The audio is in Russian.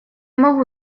могу